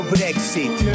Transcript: Brexit